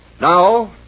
Now